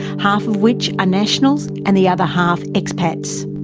half of which are nationals and the other half expats.